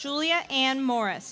julia and morris